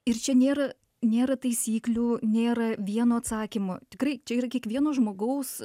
ir čia nėra nėra taisyklių nėra vieno atsakymo tikrai čia yra kiekvieno žmogaus